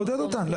לעודד אותן,